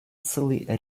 целый